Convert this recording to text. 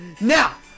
Now